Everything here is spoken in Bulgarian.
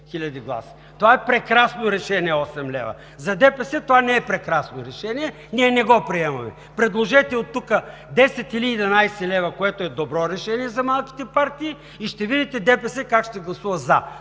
Това е прекрасно решение – 8 лв. За ДПС това не е прекрасно решение. Ние не го приемаме. Предложете оттук 10 или 11 лв., което е добро решение за малките партии и ще видите ДПС как ще гласува „за“.